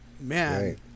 man